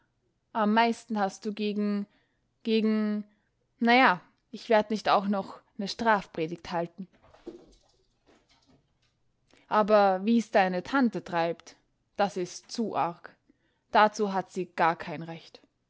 am meisten hast du gegen gegen na ja ich werd nich auch noch ne strafpredigt halten aber wie's deine tante treibt das is zu arg dazu hat sie gar kein recht